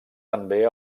també